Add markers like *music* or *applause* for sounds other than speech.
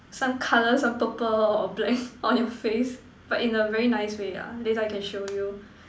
some colour some purple or black *noise* on your face but in a very nice way ah later I can show you